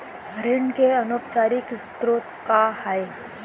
ऋण के अनौपचारिक स्रोत का आय?